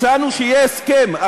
הצענו שיהיה הסכם,